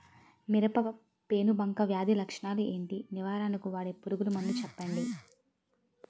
మిరప పెనుబంక వ్యాధి లక్షణాలు ఏంటి? నివారణకు వాడే పురుగు మందు చెప్పండీ?